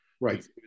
right